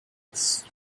its